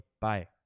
Bye